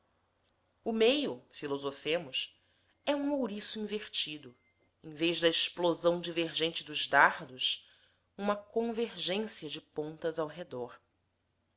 o meio filosofemos é um ouriço invertido em vez da explosão divergente dos dardos uma convergência de pontas ao redor